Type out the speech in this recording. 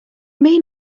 mean